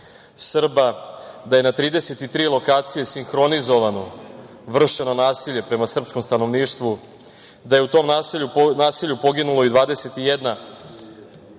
da je na 33 lokacije sinhronizovano vršeno nasilje prema srpskom stanovništvu, da je u tom nasilju poginula i 21